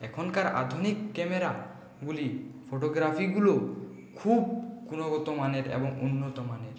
এখনকার আধুনিক ক্যামেরাগুলি ফটোগ্রাফিগুলো খুব গুণগত মানের এবং উন্নত মানের